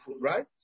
right